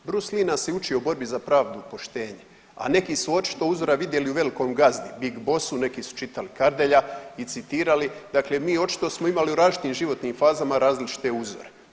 Bruce Lee nas je učio o borbi za pravdu i poštenje, a neki su očito uzora vidjeli u velikom gazdi big bossu neki su čitali Kardelja i citirali, dakle mi očito smo imali u različitim životnim fazama različite uzore.